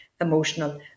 emotional